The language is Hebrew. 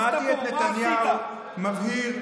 שמעתי את נתניהו מבהיר